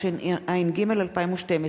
התשע"ג 2012,